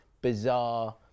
bizarre